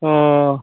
अ